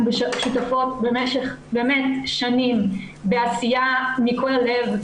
אנחנו שותפות במשך שנים בעשייה מכל הלב,